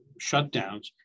shutdowns